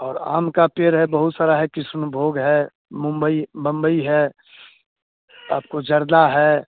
और आम का पेड़ है बहुत सारा है किष्णभोग है मुम्बई बम्बई है आपको ज़र्दा है